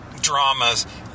dramas